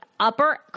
Upper